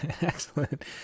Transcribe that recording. Excellent